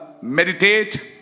Meditate